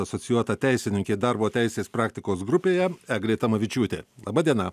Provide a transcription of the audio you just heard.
asocijuota teisininkė darbo teisės praktikos grupėje eglė tamavičiūtė laba diena